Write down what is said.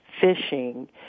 fishing